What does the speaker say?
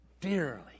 Dearly